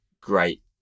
great